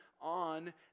on